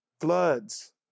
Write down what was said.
floods